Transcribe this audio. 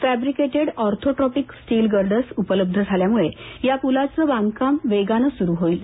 fabricated orthotropic steel girders उपलब्ध झाल्यामुळे या पूलाचं बांधकाम वेगाने सुरू होईल